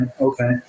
okay